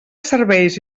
serveis